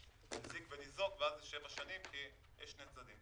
ניזוק ואז זה שבע שנים כי יש שני צדדים.